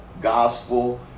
gospel